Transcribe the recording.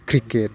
cricket